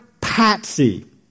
Patsy